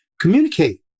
communicate